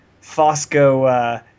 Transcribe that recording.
Fosco –